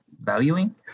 valuing